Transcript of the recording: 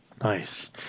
Nice